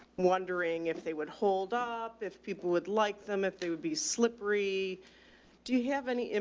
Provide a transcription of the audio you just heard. wondering if they would hold up, if people would like them, if they would be slipped. three do you have any, and